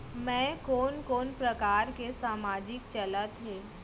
मैं कोन कोन प्रकार के सामाजिक चलत हे?